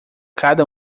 cada